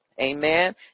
Amen